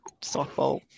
softball